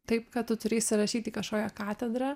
taip kad tu turi įsirašyt į kažkokią katedrą